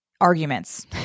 arguments